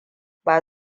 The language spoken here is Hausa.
ba